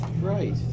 Right